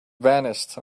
vanished